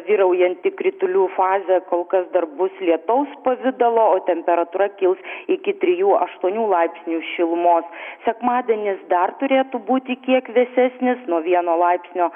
vyraujanti kritulių fazė kol kas dar bus lietaus pavidaloo temperatūra kils iki trijų aštuonių laipsnių šilumos sekmadienis dar turėtų būti kiek vėsesnis nuo vieno laipsnio